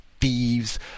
thieves